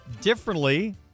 differently